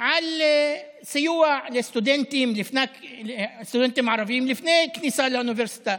על סיוע לסטודנטים ערבים לפני כניסה לאוניברסיטה,